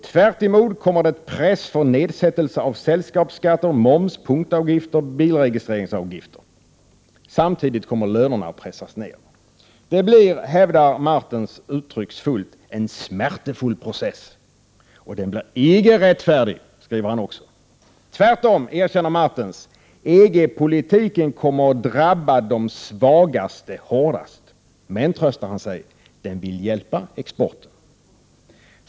Tvärtom kommer det ”et pres for nedsaettelse af selskabsskatter, moms, punktafgifter, bilregistreringsafgifter”. Samtidigt kommer lönerna att pressas ned. Det blir, hävdar Martens uttrycksfullt, ”en smertefuld process”, och den blir ”ikke retfaerdig”. Martens erkänner att EG-politiken kommer att drabba de svagaste hårdast men, tröstar han sig, den hjälper exporten.